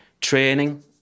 training